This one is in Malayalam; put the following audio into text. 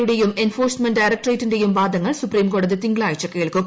യുടെയും എൻഫോഴ്സ്മെന്റ് ഡയറക്ട്രേറ്റിന്റെയും വാദങ്ങൾ സുപ്രീംകോടതി തിങ്കളാഴ്ച കേൾക്കും